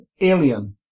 Alien